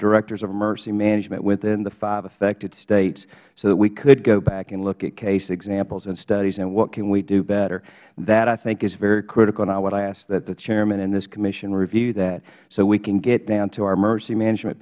directors of emergency management within the five affected states so that we could go back and look at case examples and studies and what could we do better that i think is very critical and i would ask that the chairman and this commission review that so we can get down to our emergency management